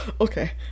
okay